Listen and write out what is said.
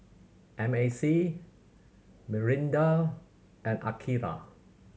M A C Mirinda and Akira